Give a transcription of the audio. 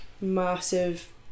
massive